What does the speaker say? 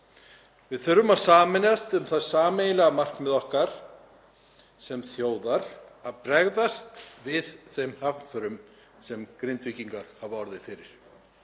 Við þurfum að sameinast um það sameiginlega markmið okkar sem þjóðar að bregðast við þeim hamförum sem Grindvíkingar hafa orðið fyrir.